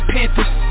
Panthers